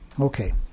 Okay